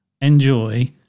enjoy